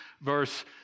verse